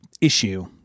issue